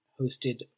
hosted